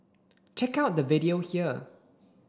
check out the video here